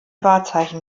wahrzeichen